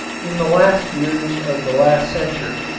in the last years of the last century,